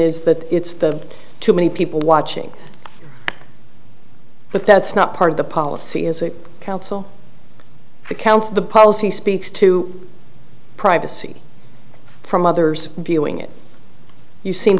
is that it's the too many people watching but that's not part of the policy as a council accounts the policy speaks to privacy from others viewing it you seem